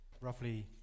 roughly